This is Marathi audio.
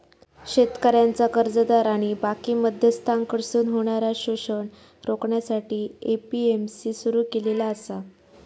शेतकऱ्यांचा कर्जदार आणि बाकी मध्यस्थांकडसून होणारा शोषण रोखण्यासाठी ए.पी.एम.सी सुरू केलेला आसा